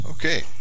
Okay